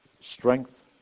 strength